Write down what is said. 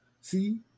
See